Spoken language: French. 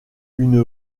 une